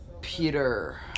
Peter